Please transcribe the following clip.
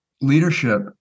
leadership